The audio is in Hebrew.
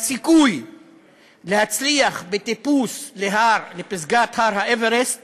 והסיכוי להצליח בטיפוס לפסגת הר האוורסט